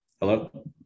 hello